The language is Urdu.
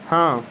ہاں